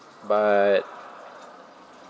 but